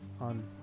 on